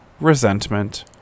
resentment